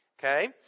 okay